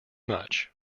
much